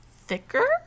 thicker